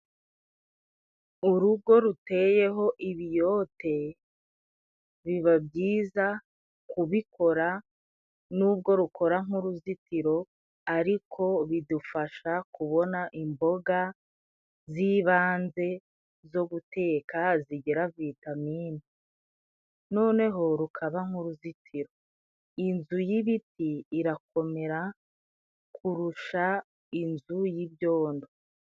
Urugo ruteyeho ibiyote, biba byiza kubikora, nubwo rukora nk'uruzitiro, ariko bidufasha kubona imboga z'ibanze zo guteka zigira vitamine .Noneho rukaba nk'uruzitiro, inzu y'ibiti irakomera kurusha inzu y'ibyondo.